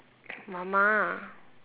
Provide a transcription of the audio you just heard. mama